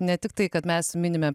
ne tiktai kad mes minime